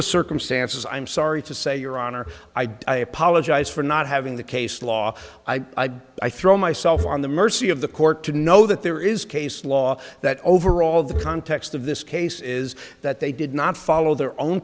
the circumstances i'm sorry to say your honor i apologize for not having the case law i i throw myself on the mercy of the court to know that there is case law that overall the context of this case is that they did not follow their own